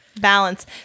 Balance